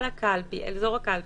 על אזור הקלפי.